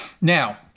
Now